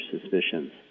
suspicions